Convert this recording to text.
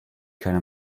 keine